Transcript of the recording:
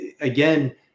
again